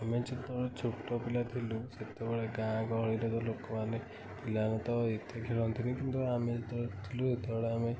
ଆମେ ଯେତେବେଳେ ଛୋଟ ପିଲା ଥିଲୁ ସେତେବେଳେ ଗାଁ ଗହଳିରେ ତ ଲୋକମାନେ ପିଲାମାନେ ତ ଏତେ ଖେଳନ୍ତିନି କିନ୍ତୁ ଆମେ ଯେତେବେଳେ ଥିଲୁ ଯେତେବେଳେ ଆମେ